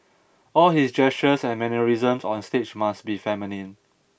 all his gestures and mannerisms on stage must be feminine